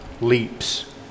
leaps